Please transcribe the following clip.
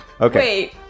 Okay